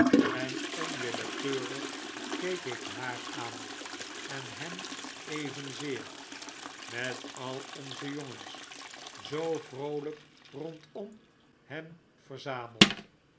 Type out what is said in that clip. en onwillekeurig keek ik haar aan en hem evenzeer met al onze jongens zoo vroolyk rondom hen verzameld